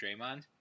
Draymond